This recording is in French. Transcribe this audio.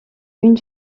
une